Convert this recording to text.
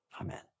amen